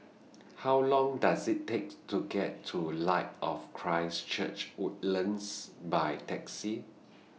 How Long Does IT takes to get to Light of Christ Church Woodlands By Taxi